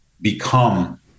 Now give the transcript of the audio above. become